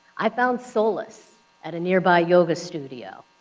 i found solace at a nearby yoga studio.